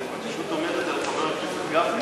אני פשוט אומר את זה לחבר הכנסת גפני,